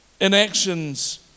inactions